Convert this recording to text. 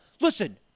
listen